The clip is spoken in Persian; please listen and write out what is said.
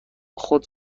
خود